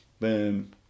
Boom